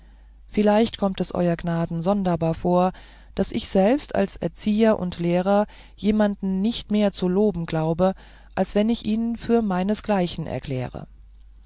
vielleicht kommt es euer gnaden sonderbar vor daß ich selbst als erzieher und lehrer jemanden nicht mehr zu loben glaube als wenn ich ihn für meinesgleichen erkläre